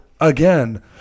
again